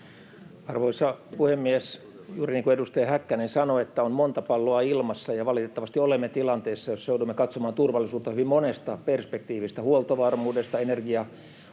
Arvoisa puhemies! Juuri niin kuin edustaja Häkkänen sanoi, on monta palloa ilmassa, ja valitettavasti olemme tilanteessa, jossa joudumme katsomaan turvallisuutta hyvin monesta perspektiivistä: huoltovarmuudesta, energiahuollosta